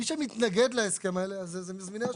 מי שמתנגד להסכם הזה, אלה מזמיני השירותים.